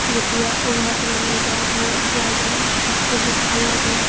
যেতিয়া অৰুণাচললৈ যায় বৰফ পোৱা যায় বহুত ভাল লাগে